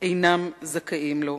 אינם זכאים לו.